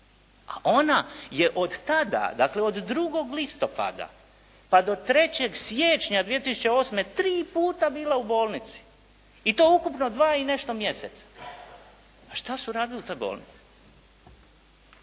a ona je od tada, dakle od 2. listopada pa do 3. siječnja 2008. tri puta bila u bolnici i to ukupno 2 i nešto mjeseca. Pa što su radili u toj bolnici?